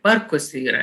parkuose yra